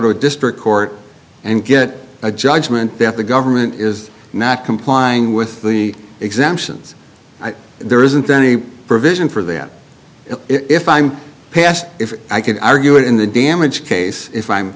to a district court and get a judgment that the government is not complying with the exemptions and there isn't any provision for them if i'm past if i could argue it in the damage case if i'm